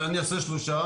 אבל אני אעשה שלושה,